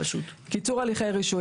זה פשוט לוקח הרבה זמן.